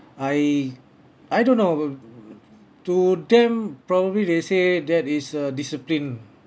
I I don't know to them probably they say that is a discipline